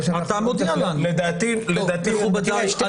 טוב מכובדיי,